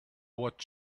what